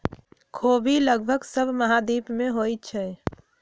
ख़ोबि लगभग सभ महाद्वीप में होइ छइ